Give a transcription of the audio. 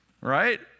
right